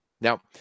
Now